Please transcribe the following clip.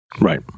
Right